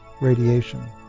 radiation